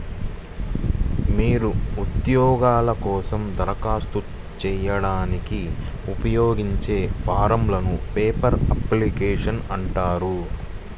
మీరు ఉద్యోగాల కోసం దరఖాస్తు చేయడానికి ఉపయోగించే ఫారమ్లను పేపర్ అప్లికేషన్లు అంటారు